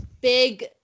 Big